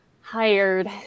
hired